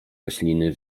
rośliny